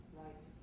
right